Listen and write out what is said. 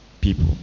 people